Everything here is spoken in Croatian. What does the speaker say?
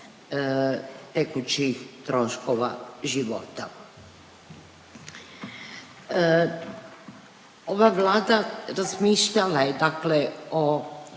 tekućih troškova života. Ova Vlada, razmišljala je dakle, o